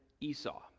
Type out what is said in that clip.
Esau